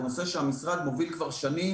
הוא נושא שהמשרד מוביל כבר שנים,